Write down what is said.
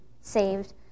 saved